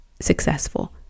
successful